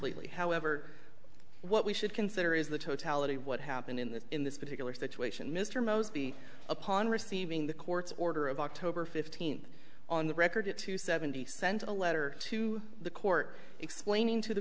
lately however what we should consider is the totality of what happened in that in this particular situation mr moseby upon receiving the court's order of october fifteenth on the record it to seventy sent a letter to the court explaining to the